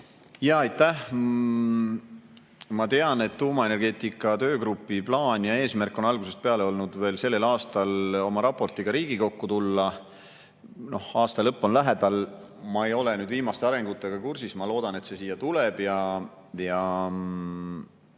Aitäh! Ma tean, et tuumaenergeetika töögrupi plaan ja eesmärk on algusest peale olnud veel sellel aastal oma raportiga Riigikokku tulla. Aasta lõpp on lähedal. Ma ei ole viimaste arengutega kursis, ma loodan, et see siia tuleb ja